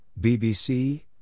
BBC